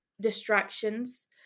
distractions